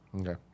Okay